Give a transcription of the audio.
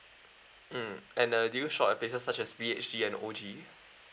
mm and uh do you shop at places such as B_H_G and O_G